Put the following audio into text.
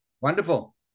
Wonderful